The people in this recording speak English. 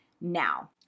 now